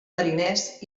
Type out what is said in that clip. mariners